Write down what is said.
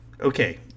Okay